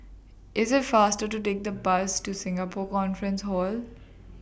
IS IT faster to Take The Bus to Singapore Conference Hall